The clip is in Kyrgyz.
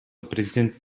президент